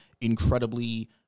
incredibly